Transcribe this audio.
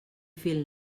fil